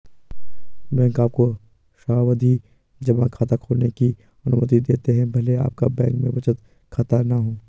bank आपको सावधि जमा खाता खोलने की अनुमति देते हैं भले आपका बैंक में बचत खाता न हो